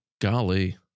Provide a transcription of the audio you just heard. Golly